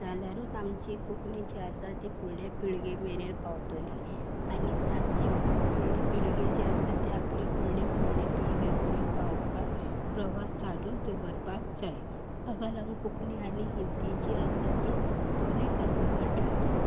जाल्यारूच आमची कोंकणी जी आसा ती फुडले पिळगे मेरेन पावतली आनी तांची फुडली पिळगे जे आसा ते आपले फुडले फुडले पिळगे कडेन पावोवपाक प्रवास चालू दवरपाक जाय ताका लागून कोंकणी आनी हिंदी जी आसा ती दोनूय भासो गरजेच्यो